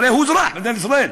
הרי הוא אזרח במדינת ישראל,